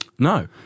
No